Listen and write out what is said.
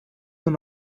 and